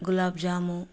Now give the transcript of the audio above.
gulab jamun